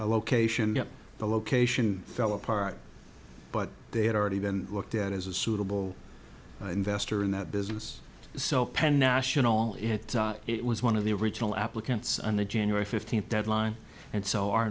shore location the location fell apart but they had already been looked at as a suitable investor in that business so penn national it was one of the original applicants and the january fifteenth deadline and so our